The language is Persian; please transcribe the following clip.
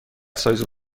سایز